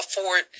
afford